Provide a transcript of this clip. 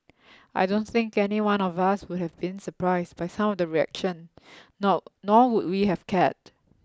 I don't think anyone of us would have been surprised by some of the reaction nor nor would we have cared